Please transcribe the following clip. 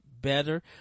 better